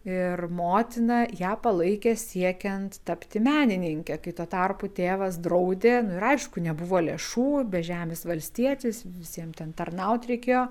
ir motina ją palaikė siekiant tapti menininke kai tuo tarpu tėvas draudė nu ir aišku nebuvo lėšų bežemis valstietis visiem ten tarnaut reikėjo